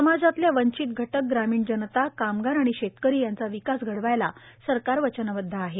समाजातल्या वंचित घटक ग्रामीण जनता कामगार आणि शेतकरी यांचा विकास घडवायला सरकार वचनबद्ध आहे